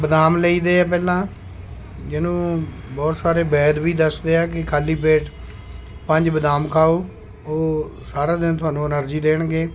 ਬਦਾਮ ਲਈ ਦੇ ਹੈ ਪਹਿਲਾਂ ਜਿਹਨੂੰ ਬਹੁਤ ਸਾਰੇ ਵੈਦ ਵੀ ਦੱਸਦੇ ਆ ਕਿ ਖਾਲੀ ਪੇਟ ਪੰਜ ਬਦਾਮ ਖਾਓ ਉਹ ਸਾਰਾ ਦਿਨ ਤੁਹਾਨੂੰ ਐਨਰਜੀ ਦੇਣਗੇ